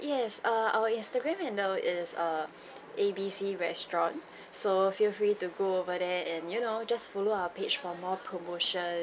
mm yes err our instagram handle is a A B C restaurant so feel free to go over there and you know just follow our page for more promotion